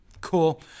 cool